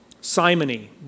simony